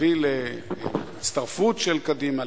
להביא להצטרפות של קדימה,